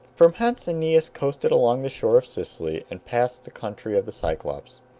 from hence aeneas coasted along the shore of sicily and passed the country of the cyclopes.